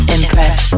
Impress